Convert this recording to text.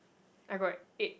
I got eight